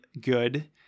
good